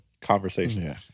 conversation